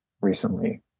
recently